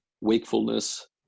wakefulness